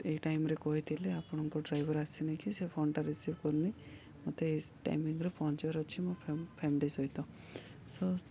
ଏଇ ଟାଇମ୍ରେ କହିଥିଲେ ଆପଣଙ୍କ ଡ୍ରାଇଭର୍ ଆସିନି କି ସେ ଫୋନ୍ଟା ରିସିଭ୍ କରୁନି ମୋତେ ଏ ଟାଇମିଂରେ ପହଞ୍ଚିବାର ଅଛି ମୋ ଫ୍ୟା ଫ୍ୟାନଡ଼େ ସହିତ ସ